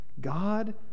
God